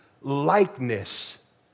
likeness